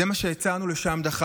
זה מה שהצענו, לשם דחפנו.